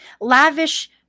lavish